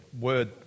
word